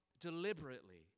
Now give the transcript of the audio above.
deliberately